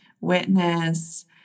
Witness